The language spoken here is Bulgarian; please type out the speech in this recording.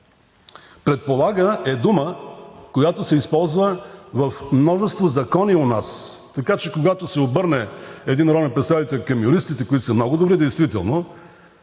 „Предполага“ е дума, която се използва в множество закони у нас, така че, когато се обърне един народен представител към юристите, които са много добри действително,